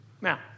Now